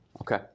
Okay